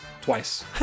Twice